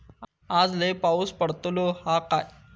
आज लय पाऊस पडतलो हा काय?